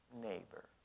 neighbor